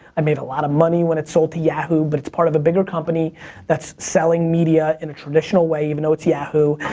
i made a lot of money when it sold to yahoo! but it's part of a bigger company that's selling media in a traditional way even though it's yahoo!